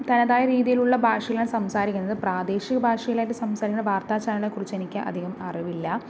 തനതായ രീതിയിലുള്ള ഭാഷയിലാണ് സംസാരിക്കുന്നത് പ്രാദേശിക ഭാഷയിലായിട്ട് സംസാരിക്കുന്ന വാർത്താ ചാനലുകളെക്കുറിച്ച് എനിക്ക് അധികം അറിവില്ല